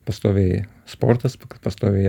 pastoviai sportas pastoviai